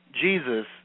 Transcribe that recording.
Jesus